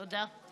תודה.